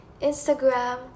instagram